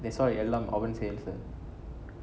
that's why எல்லாம் அவன் செயல்:ellam avan seiyal sir